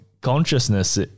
consciousness